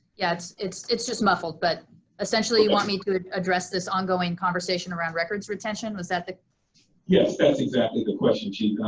it's it's just muffled but essentially you want me to address this ongoing conversation around records retention, was that the yes, that's exactly the question chief,